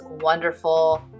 wonderful